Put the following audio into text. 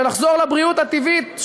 בלחזור לבריאות הטבעית.